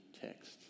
text